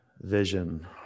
Vision